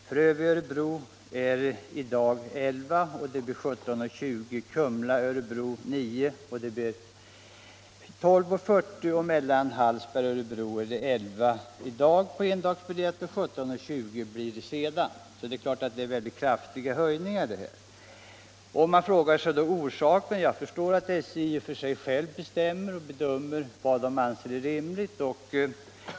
För sträckan Frövi-Örebro är priset i dag 11 kr. men det blir 17:20, för Kumla-Örebro 175 är priset 9 kr., men det höjs till 12:40 och för Hallsberg-Örebro är priset i dag 11 kr. på endagsbiljett men det blir sedan 17:20. Man frågar sig då vad orsaken är till dessa kraftiga prishöjningar. Jag förstår att SJ självt bestämmer och bedömer vad SJ anser vara rimligt.